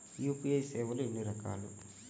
UPI సేవలు ఎన్నిరకాలు?